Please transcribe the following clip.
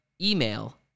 email